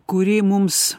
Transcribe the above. kuri mums